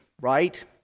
right